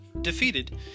Defeated